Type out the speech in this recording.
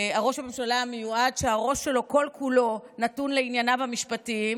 שהראש שלו כל-כולו נתון לענייניו המשפטיים